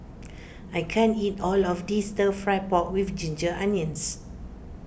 I can't eat all of this Stir Fry Pork with Ginger Onions